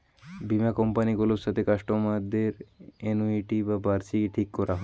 বীমা কোম্পানি গুলার সাথে কাস্টমারদের অ্যানুইটি বা বার্ষিকী ঠিক কোরা হয়